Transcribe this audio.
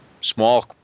small